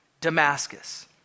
Damascus